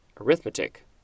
arithmetic